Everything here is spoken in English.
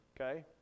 okay